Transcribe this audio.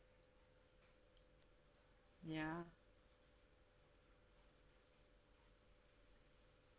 ya